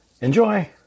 Enjoy